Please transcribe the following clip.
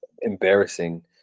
embarrassing